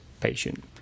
patient